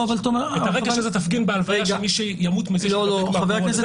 את הרגש הזה תפגין בהלוויה של מי שימות מזה שנדבק בקורונה.